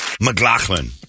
McLaughlin